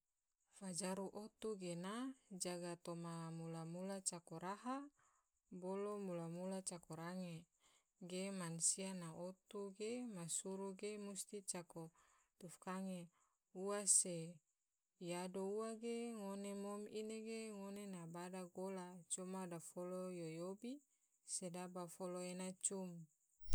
Fajaru na otu gena jaga toma mula mula cako raha, bolo mula mula cako range. ge mansia na otu ge masuru ge musti cako tufkange, ua se yado ua ge ngone mom ine ge ngone na bada gola coma dofolo yo yobi sedaba folo ena cum.